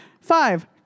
Five